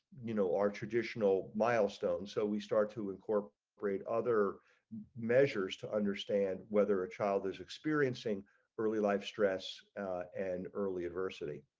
you know our traditional milestones so we start to in court great other measures to understand whether a child is experiencing early life stress and early adversity.